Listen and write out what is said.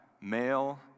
male